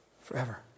forever